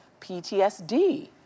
PTSD